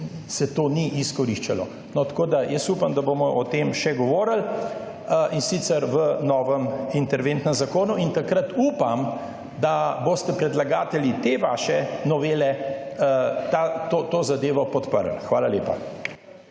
se to ni izkoriščalo. No, tako da jaz upam, da bomo o tem še govorili in sicer v novem interventnem zakonu in takrat upam, da boste predlagatelji te vaše novele to zadevo podprli. Hvala lepa.